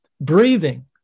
Breathing